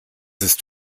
ist